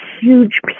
huge